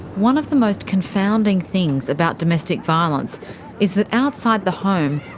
one of the most confounding things about domestic violence is that outside the home,